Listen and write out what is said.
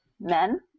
men